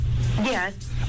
Yes